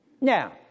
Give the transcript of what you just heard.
Now